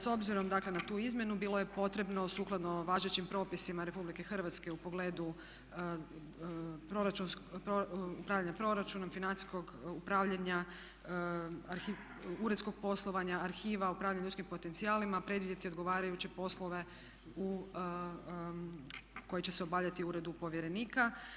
S obzirom dakle na tu izmjenu bilo je potrebno sukladno važećim propisima RH u pogledu upravljanja proračunom, financijskog upravljanja uredskog poslovanja, arhiva, upravljanje ljudskim potencijalima predvidjeti odgovarajuće poslove koji će se obavljati u uredu povjerenika.